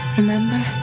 remember